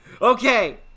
Okay